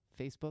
Facebook